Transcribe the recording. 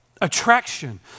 Attraction